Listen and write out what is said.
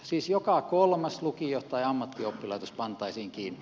siis joka kolmas lukio tai ammattioppilaitos pantaisiin kiinni